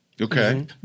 Okay